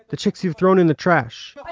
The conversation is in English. the chicks you've thrown in the trash!